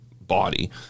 body